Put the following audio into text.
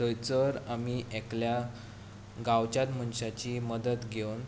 थंयसर आमी एकल्या गांवच्याच मनशाची मदत घेवन